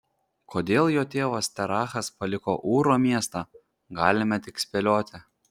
kodėl jo tėvas terachas paliko ūro miestą galime tik spėlioti